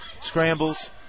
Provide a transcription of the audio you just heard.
scrambles